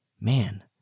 Man